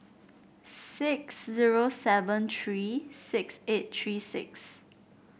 six zero seven three six eight three six